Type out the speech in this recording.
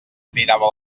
cridava